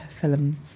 Films